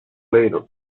later